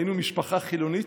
היינו משפחה חילונית,